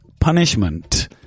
punishment